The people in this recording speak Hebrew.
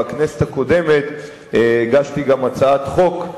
בכנסת הקודמת הגשתי גם הצעת חוק,